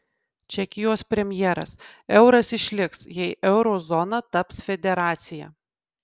čekijos premjeras euras išliks jei euro zona taps federacija